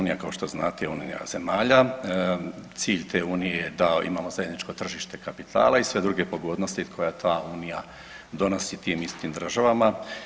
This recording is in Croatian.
Dakle, EU kao što znate je Unija zemalja, cilj te unije je da imamo zajedničko tržište kapitala i sve druge pogodnosti koja ta Unija donosi tim istim državama.